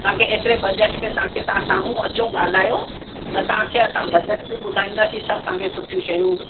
तव्हांखे एतिरे बजट में तव्हांखे तव्हां साम्हूं अचो ॻाल्हायो त तव्हांखे असां बजट बि ॿुधाईंदासीं सभु तव्हांखे सुठियूं शयूं